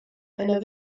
einer